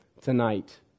tonight